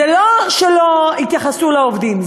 זה לא שלא התייחסו לעובדים,